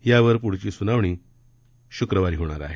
यावरील पुढील सुनावणी शुक्रवारी होणार आहे